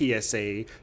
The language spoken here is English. PSA